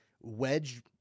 Wedge